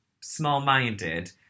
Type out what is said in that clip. small-minded